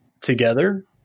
together –